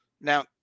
Now